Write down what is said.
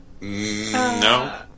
No